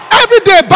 everyday